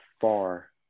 far